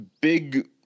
big